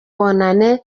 bonane